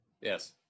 Yes